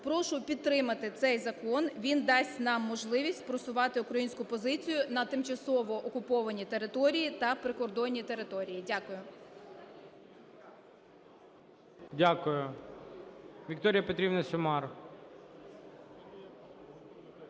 Прошу підтримати цей закон, він дасть нам можливість просувати українську позицію на тимчасово окупованій території та прикордонній території. Дякую. ГОЛОВУЮЧИЙ. Дякую. Вікторія Петрівна Сюмар.